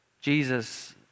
Jesus